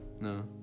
No